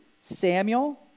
Samuel